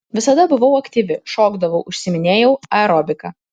visada buvau aktyvi šokdavau užsiiminėjau aerobika